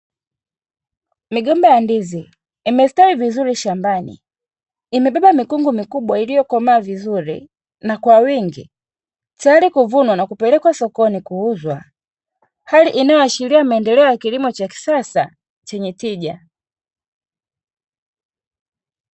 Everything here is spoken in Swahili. Migomba ya ndizi imestawi vizuri shambani, imebeba mikungu mikubwa iliyo komaa vizuri na kwa wingi tayari kuvunwa na kupelekwa sokoni kuuzwa, hali inayoashiria maendeleo ya kilimo cha kisasa chenye tija.